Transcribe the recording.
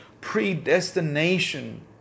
predestination